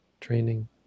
training